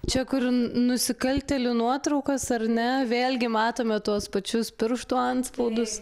čia kurn nusikaltėlių nuotraukos ar ne vėlgi matome tuos pačius pirštų antspaudus